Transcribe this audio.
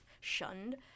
shunned